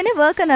and work. and